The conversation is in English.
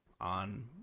On